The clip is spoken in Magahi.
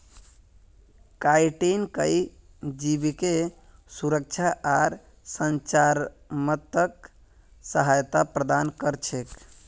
काइटिन कई जीवके सुरक्षा आर संरचनात्मक सहायता प्रदान कर छेक